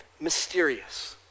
mysterious